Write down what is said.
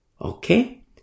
Okay